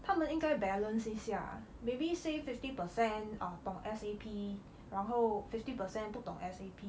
他们应该 balance 一下 maybe say fifty percent 懂 S_A_P 然后 fifty percent 不懂 S_A_P